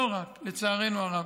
לא רק, לצערנו הרב.